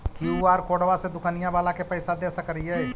QR कोडबा से दुकनिया बाला के पैसा दे सक्रिय?